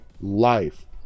life